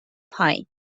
پایین